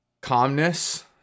calmness